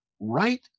right